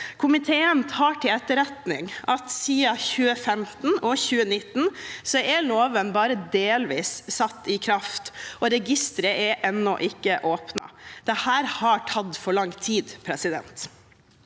Komiteen tar til etterretning at siden 2015 og 2019 er loven bare delvis satt i kraft, og registeret er ennå ikke åpnet. Dette har tatt for lang tid.